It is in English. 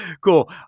Cool